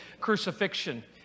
crucifixion